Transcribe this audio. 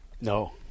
No